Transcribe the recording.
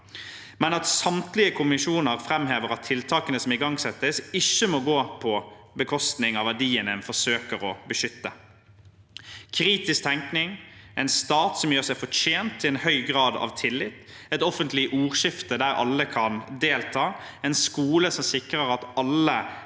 men samtlige kommisjoner framhever at tiltakene som igangsettes, ikke må gå på bekostning av verdiene en forsøker å beskytte. Kritisk tenkning, en stat som gjør seg fortjent til en høy grad av tillit, et offentlig ordskifte der alle kan delta, og en skole som sikrer at alle